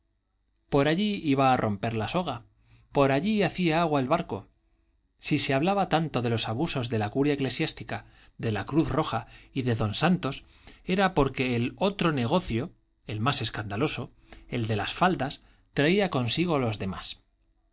por allí iba a romper la soga por allí hacía agua el barco si se hablaba tanto de los abusos de la curia eclesiástica de la cruz roja y de don santos era porque el otro negocio el más escandaloso el de las faldas traía consigo los demás